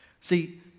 See